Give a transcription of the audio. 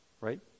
right